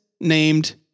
named